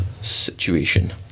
Situation